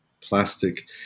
Plastic